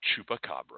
chupacabra